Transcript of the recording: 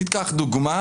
ניקח דוגמה